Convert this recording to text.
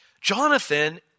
Jonathan